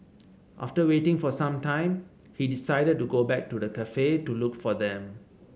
after waiting for some time he decided to go back to the cafe to look for them